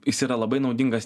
jis yra labai naudingas